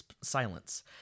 silence